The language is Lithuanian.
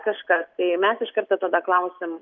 kažkas tai mes iš karto tada klausiam